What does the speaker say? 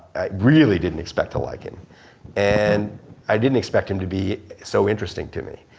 really didn't expect to like him and i didn't expect him to be so interesting to me.